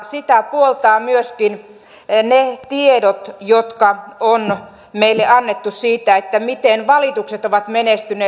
sitä puoltavat myöskin ne tiedot jotka on meille annettu siitä miten valitukset ovat menestyneet